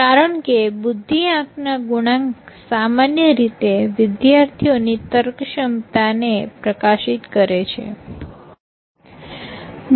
કારણ કે બુદ્ધિઆંક ના ગુણાંક સામાન્ય રીતે વિદ્યાર્થીઓ ની તર્ક ક્ષમતાને પ્રકાશિત કરે છે